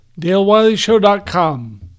DaleWileyShow.com